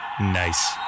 Nice